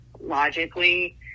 logically